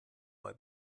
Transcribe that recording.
mal